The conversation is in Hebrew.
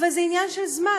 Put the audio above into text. אבל זה עניין של זמן.